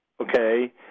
okay